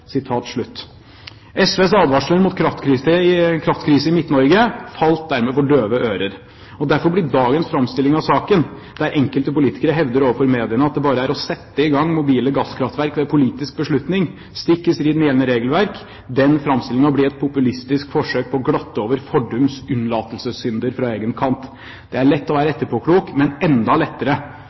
SVs advarsler mot kraftkrise i Midt-Norge var dermed snakk for døve ører. Derfor blir dagens framstilling av saken – der enkelte politikere hevder overfor mediene at det bare er å sette i gang mobile gasskraftverk ved en politisk beslutning, stikk i strid med gjeldende regelverk – et populistisk forsøk på å glatte over fordums unnlatelsessynder fra egen kant. Det er lett å være etterpåklok, men enda lettere